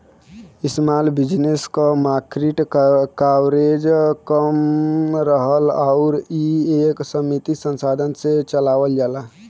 small business क market coverage कम रहला आउर इ एक सीमित संसाधन से चलावल जाला